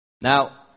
Now